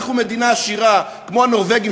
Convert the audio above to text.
ואנחנו מדינה עשירה כמו הנורבגים,